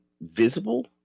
visible